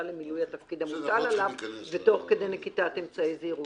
למילוי התפקיד המוטל עליו ותוך כדי נקיטת אמצעי זהירות",